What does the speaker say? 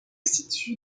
situe